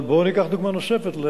אבל בואו ניקח דוגמה נוספת,